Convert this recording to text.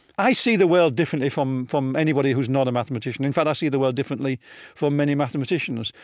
i see the world differently from from anybody who's not a mathematician. in fact i see the world differently from many mathematicians.